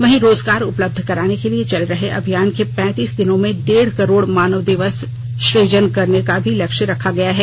वहीं रोजगार उपलब्ध कराने के लिए चल रहे अभियान के पैंतीस दिनों में डेढ़ करोड़ मानव दिवस श्रृजन करने का भी लक्ष्य रखा गया है